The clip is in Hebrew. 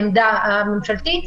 העמדה הממשלתית.